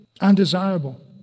undesirable